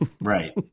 Right